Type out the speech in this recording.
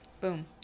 Boom